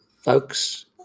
folks